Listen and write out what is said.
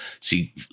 see